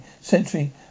century